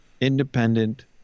independent